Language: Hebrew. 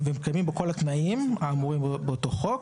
ומתקיימים בו כל התנאים האמורים באותו חוק,